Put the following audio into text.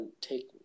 take